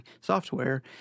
software